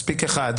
מספיק אחד,